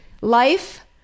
life